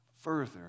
further